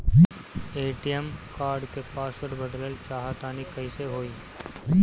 ATM card क password बदलल चाहा तानि कइसे होई?